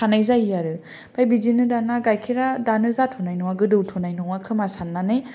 थानाय जायो आरो ओमफ्राय बिदिनो दाना गाइखेरा दानो जाथ'नाय नङा गोदौथ'नाय नङा खोमा साननानै